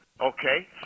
okay